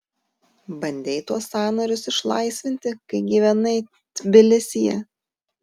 bandei tuos sąnarius išlaisvinti kai gyvenai tbilisyje